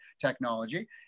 technology